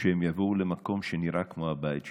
שהם יבואו למקום שנראה כמו הבית שלהם,